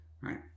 Right